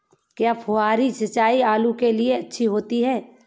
क्या फुहारी सिंचाई आलू के लिए अच्छी होती है?